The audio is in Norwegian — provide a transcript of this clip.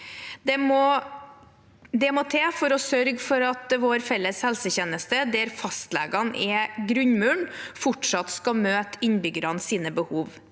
Det må til for å sørge for at vår felles helsetjeneste, der fastlegene er grunnmuren, fortsatt skal møte innbyggernes behov.